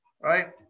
Right